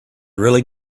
really